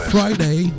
Friday